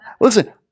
listen